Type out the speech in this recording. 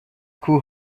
کوه